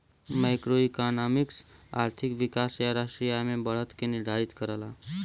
macroeconomics आर्थिक विकास या राष्ट्रीय आय में बढ़त के निर्धारित करला